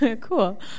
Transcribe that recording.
Cool